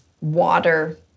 water